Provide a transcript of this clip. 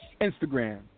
Instagram